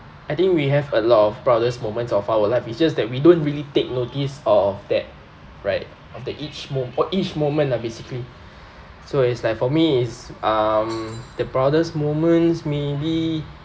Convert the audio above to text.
I think we have a lot of proudest moments of our life it's just that we don't really take notice of that right of the each mo~ each moment lah basically so it's like for me is um the proudest moments maybe